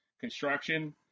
construction